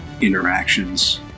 interactions